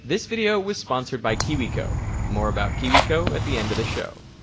this video was sponsored by kiwico. more about kiwico at the end of the show.